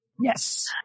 Yes